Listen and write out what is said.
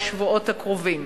בשבועות הקרובים.